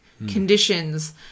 conditions